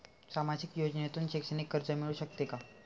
सामाजिक योजनेतून शैक्षणिक कर्ज मिळू शकते का?